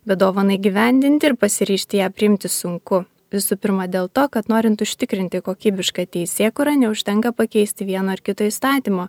bet dovaną įgyvendinti ir pasiryžti ją priimti sunku visų pirma dėl to kad norint užtikrinti kokybišką teisėkūrą neužtenka pakeisti vieno ar kito įstatymo